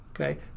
Okay